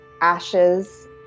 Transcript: ashes